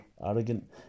arrogant